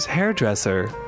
hairdresser